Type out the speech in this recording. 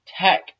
Tech